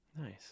Nice